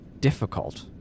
difficult